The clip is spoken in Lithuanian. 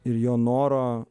ir jo noro